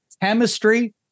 Chemistry